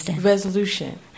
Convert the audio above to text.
resolution